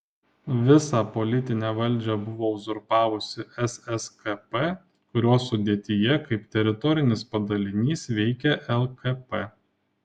visą politinę valdžią buvo uzurpavusi sskp kurios sudėtyje kaip teritorinis padalinys veikė lkp